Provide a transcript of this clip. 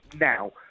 now